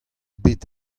bet